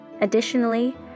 Additionally